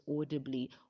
audibly